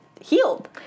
healed